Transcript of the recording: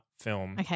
film